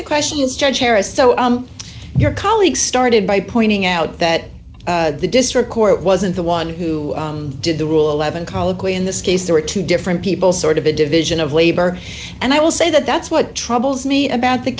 the question is judge harris so your colleague started by pointing out that the district court wasn't the one who did the rule eleven colloquy in this case there were two different people sort of a division of labor and i will say that that's what troubles me about the